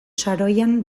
saroian